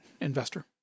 investor